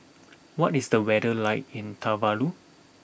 what is the weather like in Tuvalu